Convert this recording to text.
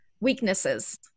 weaknesses